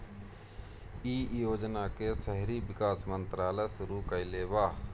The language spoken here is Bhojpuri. इ योजना के शहरी विकास मंत्रालय शुरू कईले बा